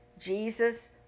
Jesus